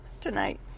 tonight